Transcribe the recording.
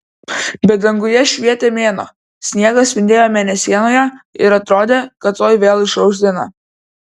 bet danguje švietė mėnuo sniegas spindėjo mėnesienoje ir atrodė kad tuoj vėl išauš diena